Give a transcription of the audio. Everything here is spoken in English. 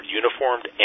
uniformed